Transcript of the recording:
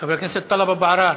חבר הכנסת טלב אבו עראר,